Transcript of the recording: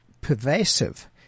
pervasive